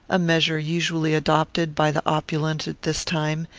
a measure usually adopted by the opulent at this time,